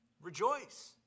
Rejoice